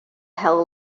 held